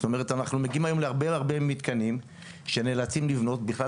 תודה רבה לאלה שהגיעו, בוקר טוב לכולם,